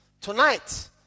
tonight